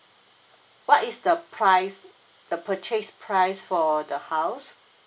what is the price the purchase price for the house